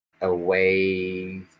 away